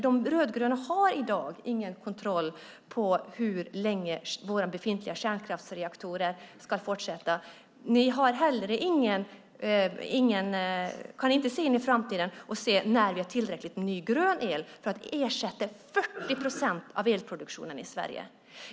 De rödgröna har i dag ingen kontroll över hur länge våra befintliga kärnkraftsreaktorer ska fortsätta att fungera. Ni kan inte heller se in i framtiden i fråga om när det finns tillräckligt ny grön el för att ersätta 40 procent av elproduktionen i Sverige.